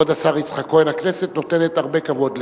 כבוד השר יצחק כהן, הכנסת נותנת הרבה כבוד לך,